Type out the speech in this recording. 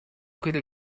could